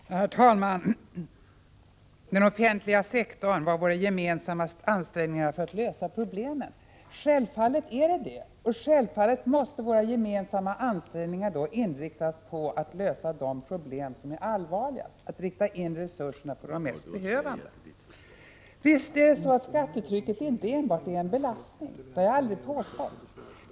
Herr talman! Den offentliga sektorn är våra gemensamma ansträngningar för att lösa problemen, säger statsrådet Lindqvist. Självfallet är det så, och självfallet måste våra gemensamma ansträngningar då inriktas på att lösa de problem som är allvarliga. Resurserna måste inriktas på de mest behövande. Visst är det så, att skattetrycket inte enbart är en belastning. Jag har aldrig påstått att det bara skulle vara en belastning.